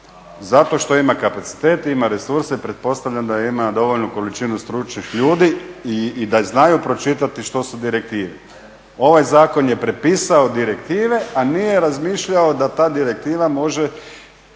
zato što ima kapacitet, ima resurse i pretpostavljam da ima dovoljnu količinu stručnih ljudi i da znaju pročitati što su direktive. Ovaj zakon je prepisao direktive, a nije razmišljao da ta direktiva može